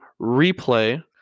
replay